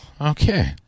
Okay